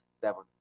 seven